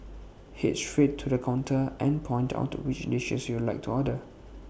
Head straight to the counter and point out which dishes you'd like to order